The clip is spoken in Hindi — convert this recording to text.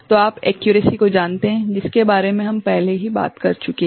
तो आप एक्यूरसी को जानते हैं जिसके बारे में हम पहले ही बात कर चुके हैं